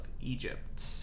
Egypt